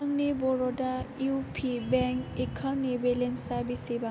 आंनि बड़'दा इउपि बेंक एकाउन्टनि बेलेन्सआ बेसेबां